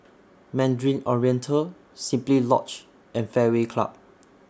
Mandarin Oriental Simply Lodge and Fairway Club